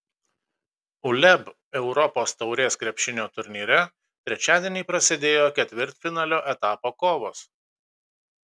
uleb europos taurės krepšinio turnyre trečiadienį prasidėjo ketvirtfinalio etapo kovos